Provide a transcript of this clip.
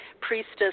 Priestess